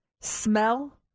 smell